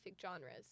genres